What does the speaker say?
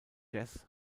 jazz